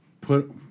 Put